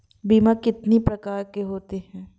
बीमा कितनी प्रकार के होते हैं?